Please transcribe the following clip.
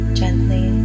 gently